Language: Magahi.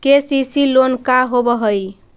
के.सी.सी लोन का होब हइ?